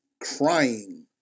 crying